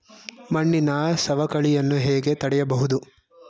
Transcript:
ಮಣ್ಣಿನ ಸವಕಳಿಯನ್ನು ಹೇಗೆ ತಡೆಯಬಹುದು?